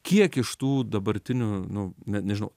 kiek iš tų dabartinių nu net nežinau